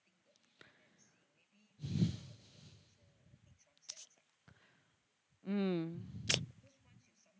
mm